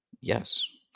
Yes